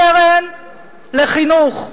קרן לחינוך,